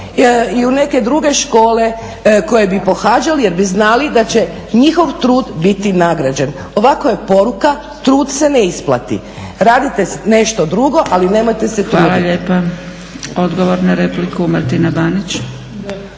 i u neke druge škole koje bi pohađali jer bi znali da će njihov trud biti nagrađen. Ovako je poruka trud se ne isplati, radite nešto drugo ali nemojte se truditi. **Zgrebec, Dragica (SDP)** Hvala lijepa. Odgovor na repliku Martina Banić.